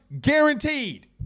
guaranteed